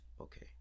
okay